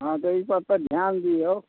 हॅं तऽ ई सभ पर ध्यान दियौ